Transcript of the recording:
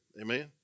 Amen